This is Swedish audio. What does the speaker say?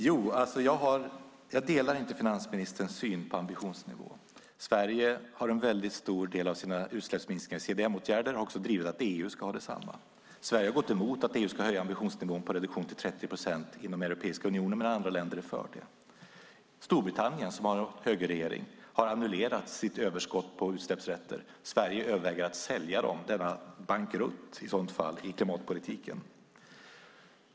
Herr talman! Jag delar inte finansministerns syn på ambitionsnivå. Sverige har en stor del av sina utsläppsminskningar i CDM-åtgärder och har också drivit att EU ska ha detsamma. Sverige har gått emot att EU ska höja ambitionsnivån på reduktion till 30 procent inom Europeiska unionen medan andra länder är för det. Storbritannien, som har en högerregering, har annullerat sitt överskott på utsläppsrätter. Sverige överväger att sälja dem, en bankrutt i så fall i klimatpolitiken.